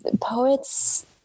poets